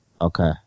Okay